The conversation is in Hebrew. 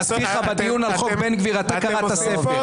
להזכיר לך שבדיון על חוק בן גביר אתה קראת ספר,